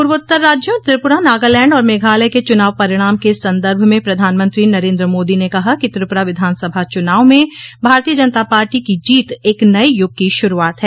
पूर्वोत्तर राज्यों त्रिपुरा नागालैंड और मेघायल के चुनाव परिणाम के संदर्भ में प्रधानमंत्री नरेन्द्र मोदी ने कहा कि त्रिपुरा विधानसभा चुनाव में भारतीय जनता पार्टी की जीत एक नये युग की शुरूआत है